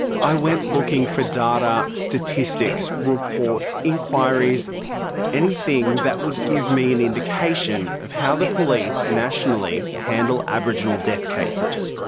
i went looking for data, statistics, reports, inquiries anything that would give me an indication of how the police, nationally, handle aboriginal death cases.